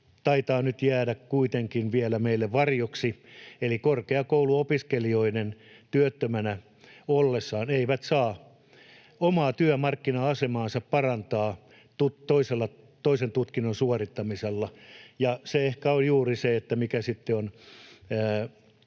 taitaa nyt jäädä kuitenkin vielä meille varjoksi, eli se, että korkeakouluopiskelijat työttömänä ollessaan eivät saa omaa työmarkkina-asemaansa parantaa toisen tutkinnon suorittamisella. Siinä on juuri se, että mikä sitten on